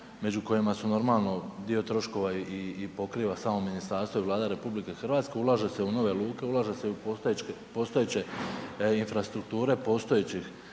među kojima su normalno, dio troškova i pokriva samo ministarstvo i Vlada RH, ulaže se u nove luke, ulaže se i postojeće infrastrukture postojećih